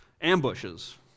ambushes